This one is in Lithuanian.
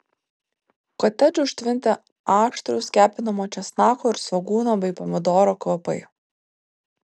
kotedžą užtvindė aštrūs kepinamo česnako ir svogūno bei pomidoro kvapai